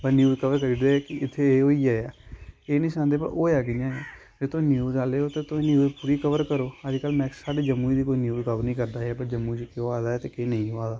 बस news cover करी ओड़दे कि इत्थे एह् होई गेआ ऐ एह् निं सनांदे भला होएआ कि'यां ऐ भाई तुस न्यूज आह्ले ओ ते तुस न्यूज पूरी कवर करो अज्जकल मैक्सीमम साढ़े जम्मू दी कोई न्यूज कवर निं करदे ऐ कि जम्मू च केह् होआ दा ते केह् निं होआ दा